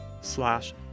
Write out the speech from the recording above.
slash